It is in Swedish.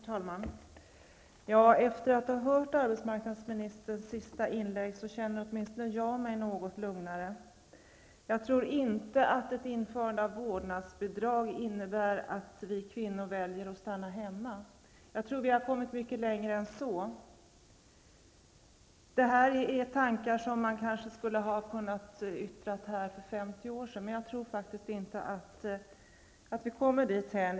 Herr talman! Efter att ha åhört arbetsmarknadsministerns senaste inlägg känner åtminstone jag mig något lugnare. Jag tror inte att ett införande av vårdnadsbidrag innebär att vi kvinnor väljer att stanna hemma. Vi har kommit mycket längre än så. Det rör sig om idéer som hade kunnat framföras för 50 år sedan, men jag tror faktiskt inte att vi kommer dithän.